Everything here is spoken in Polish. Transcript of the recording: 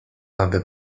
aby